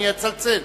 אני אצלצל.